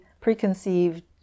preconceived